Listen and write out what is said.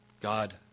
God